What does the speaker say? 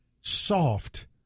soft